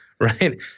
Right